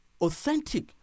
authentic